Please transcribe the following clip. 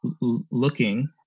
looking